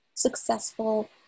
successful